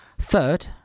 Third